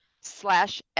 slash